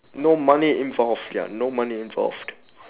no money involved ya no money involved